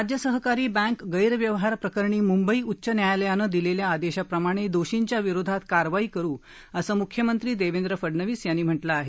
राज्य सहकारी बँक गैरव्यवहार प्रकरणी मुंबई उच्च न्यायालयाने दिलेल्या आदेशा प्रमाणे दोषींविरोधात कारवाई करु असं मुख्यमंत्री देवेंद्र फडणवीस यांनी म्हटलं आहे